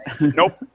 Nope